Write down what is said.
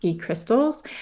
crystals